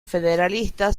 federalista